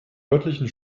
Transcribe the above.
örtlichen